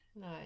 no